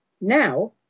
now